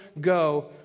go